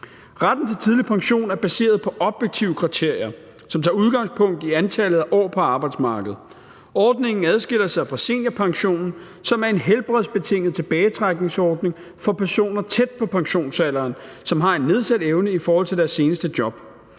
Retten til tidlig pension er baseret på objektive kriterier, som tager udgangspunkt i antallet af år på arbejdsmarkedet. Ordningen adskiller sig fra seniorpensionen, som er en helbredsbetinget tilbagetrækningsordning for personer tæt på pensionsalderen, som har en nedsat evne i forhold til deres seneste job.